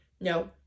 no